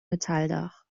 metalldach